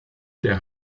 der